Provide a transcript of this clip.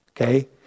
Okay